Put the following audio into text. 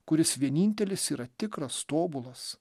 kuris vienintelis yra tikras tobulas